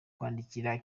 kwandikira